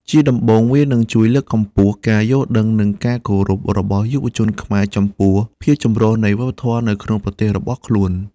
ជាដំបូង វានឹងជួយលើកកម្ពស់ការយល់ដឹងនិងការគោរពរបស់យុវជនខ្មែរចំពោះភាពចម្រុះនៃវប្បធម៌នៅក្នុងប្រទេសរបស់ខ្លួន។